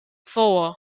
four